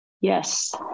Yes